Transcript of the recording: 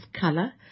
color